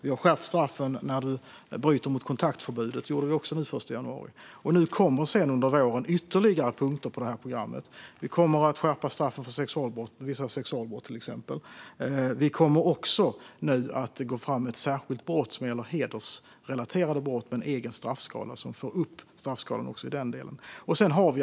Vi har skärpt straffen när man bryter mot kontaktförbudet. Det gjorde vi också den 1 januari. Under våren kommer ytterligare punkter på det här programmet. Vi kommer till exempel att skärpa straffen för vissa sexualbrott. Vi kommer också att gå fram med ett särskilt brott som gäller hedersrelaterade brott med en egen straffskala så att vi får upp straffskalan också i den delen.